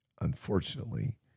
unfortunately